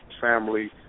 family